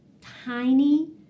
tiny